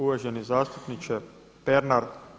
Uvaženi zastupniče Pernar.